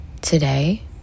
today